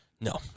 No